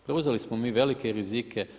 Preuzeli smo mi velike rizike.